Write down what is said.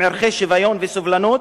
עם ערכי שוויון וסובלנות,